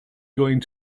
going